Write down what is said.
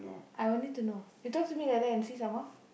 I will need to know you talk to me like that and see some more